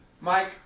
Mike